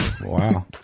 Wow